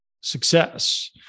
success